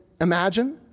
imagine